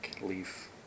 leaf